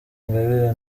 ingabire